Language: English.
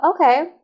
okay